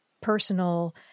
personal